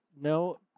no